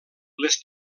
les